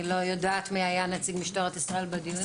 אני לא יודעת מי היה נציג משטרת ישראל בדיונים.